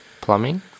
Plumbing